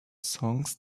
songs